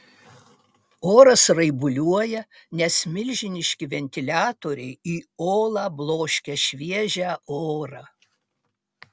oras raibuliuoja nes milžiniški ventiliatoriai į olą bloškia šviežią orą